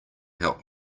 help